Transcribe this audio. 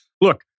look